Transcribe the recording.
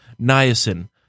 niacin